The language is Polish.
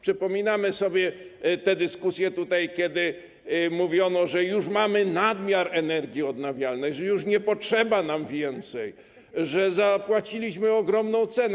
Przypominamy sobie dyskusje tutaj, kiedy mówiono, że już mamy nadmiar energii odnawialnej, że już nie potrzeba nam więcej, że zapłaciliśmy ogromną cenę.